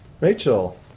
Rachel